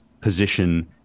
position